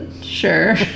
sure